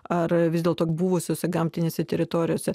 ar vis dėlto buvusiose gamtinėse teritorijose